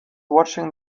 watching